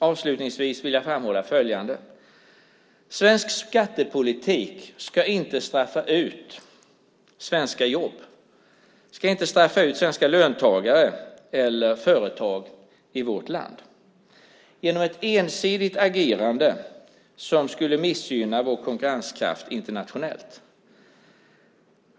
Avslutningsvis vill jag framhålla följande: Svensk skattepolitik ska inte straffa ut svenska jobb och inte heller svenska löntagare eller företag i vårt land genom ett ensidigt agerande som skulle missgynna vår konkurrenskraft internationellt.